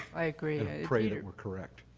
i agree. i pray that we are correct.